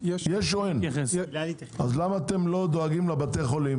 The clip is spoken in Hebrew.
למה שהמפעל ישקיע?